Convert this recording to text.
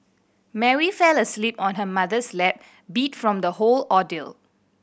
Mary fell asleep on her mother's lap beat from the whole ordeal